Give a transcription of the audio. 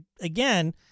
again